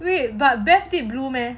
wait but deff keep blue meh